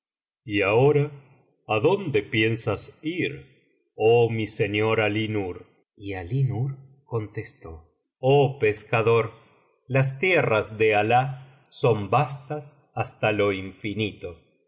y ahora adonde piensas ir oh mi señor alí nur y alí nur contestó oh pescador las tierras de alah son vastas hasta lo infinito